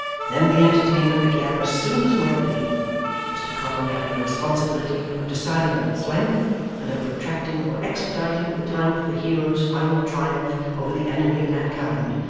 then the entertainment began as soon as might be mr codlin having the responsibility of deciding on its length and of protracting or expediting the time for the hero's final triumph over the enemy of mankind,